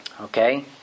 Okay